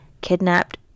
kidnapped